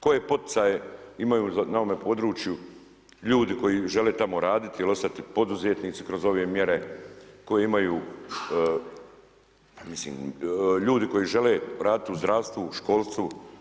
Koje poticaju imaju na ovome području ljudi koji žele tamo raditi ili ostati poduzetnici kroz ove mjere, koji imaju mislim ljudi koji žele raditi u zdravstvu, školstvu.